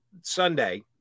Sunday